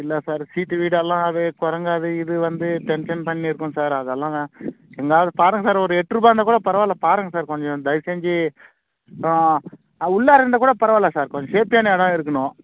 இல்லை சார் சீட்டு வீடெல்லாம் அது குரங்கு அது இது வந்து டென்சன் பண்ணிருக்கும் சார் அதெல்லாம் வேணா எங்கேயாவது பாருங்கள் சார் ஒரு எட்ரூபான்னா கூட பரவால்ல பாருங்கள் கொஞ்சம் தயவுசெஞ்சு உள்ளாற இருந்தால்கூட பரவால்ல சார் சேஃப்டியான இடம் இருகணும்